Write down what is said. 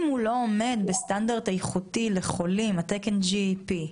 אם הוא לא עומד בסטנדרט איכותי לחולים, תקן GAP,